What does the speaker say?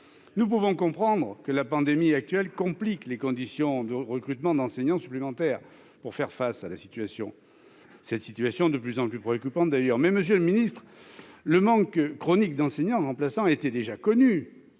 Nous pouvons comprendre que la pandémie actuelle complique les conditions de recrutement d'enseignants supplémentaires pour faire face à la situation de plus en plus préoccupante. Mais, monsieur le ministre, le manque chronique d'enseignants remplaçants était déjà connu